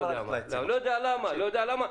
אני לא יודע למה.